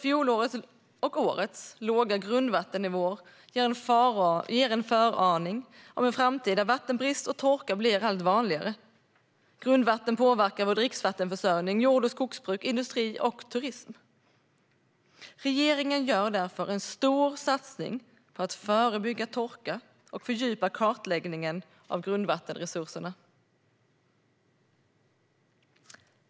Fjolårets och årets låga grundvattennivåer ger en föraning om en framtid där vattenbrist och torka blir allt vanligare. Grundvattnet påverkar vår dricksvattenförsörjning, jord och skogsbruk, industri och turism. Regeringen gör därför en stor satsning på att förebygga torka och fördjupa kartläggningen av grundvattenresurserna.